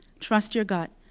trust your gut,